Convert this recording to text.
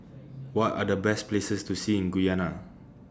What Are The Best Places to See in Guyana